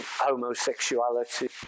homosexuality